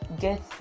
get